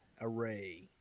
array